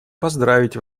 поздравить